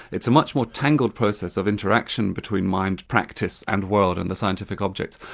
it's a much more tangled process of interaction between mind, practice and world and the scientific objects.